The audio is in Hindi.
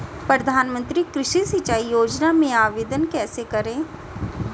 प्रधानमंत्री कृषि सिंचाई योजना में आवेदन कैसे करें?